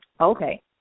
Okay